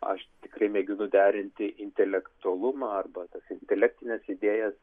aš tikrai mėginu derinti intelektualumą arba tas intelektines idėjas